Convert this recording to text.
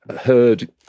heard